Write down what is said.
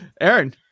Aaron